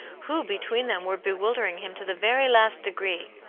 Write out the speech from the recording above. who, between them, were bewilder ing him to the very last degree.